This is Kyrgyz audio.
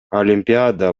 олимпиада